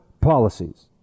policies